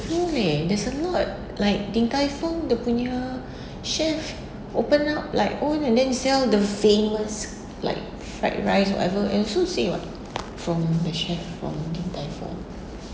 no leh there's a lot like din tai fung dia punya chef open up like own and then sell the famous like fried rice or whatever and so same [what] from the chef from tai fung